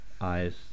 eyes